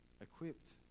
equipped